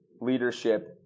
leadership